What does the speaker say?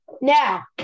Now